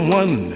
one